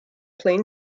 plain